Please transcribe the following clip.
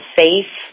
safe